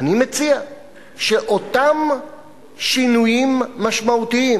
אני מציע שאותם שינויים משמעותיים,